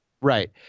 Right